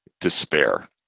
despair